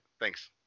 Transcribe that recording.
thanks